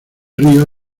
río